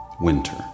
winter